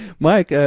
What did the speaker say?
mike,